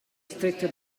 stretto